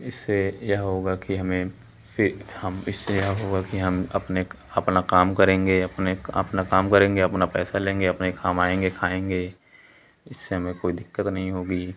इससे यह होगा कि हमें फिर हम इससे यह होगा कि हम अपने अपना काम करेंगे अपने अपना काम करेंगे अपना पैसा लेंगे अपने कमाएंगे खाएंगे इससे हमें कोई दिक़्क़त नहीं होगी